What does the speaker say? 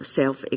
self